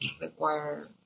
require